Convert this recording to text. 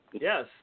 Yes